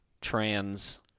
trans